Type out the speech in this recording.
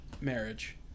marriage